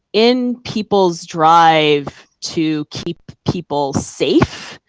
in people's drive to keep people safe,